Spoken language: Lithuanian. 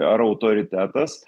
ar autoritetas